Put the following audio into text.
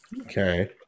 Okay